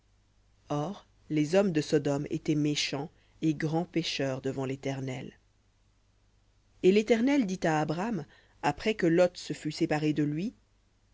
or les hommes de sodome étaient méchants et grands pécheurs devant l'éternel v et l'éternel dit à abram après que lot se fut séparé de lui